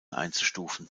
einzustufen